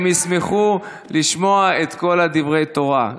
הם ישמחו לשמוע את כל דברי התורה,